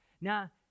Now